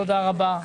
תודה רבה,